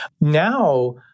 Now